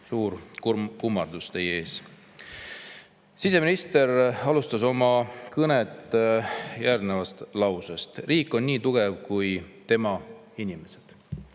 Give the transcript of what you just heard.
Suur kummardus teie ees. Siseminister alustas oma kõnet lausega, et riik on nii tugev kui tema inimesed.